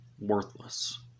worthless